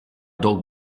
dog